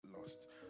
lost